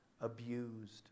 abused